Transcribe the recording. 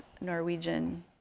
Norwegian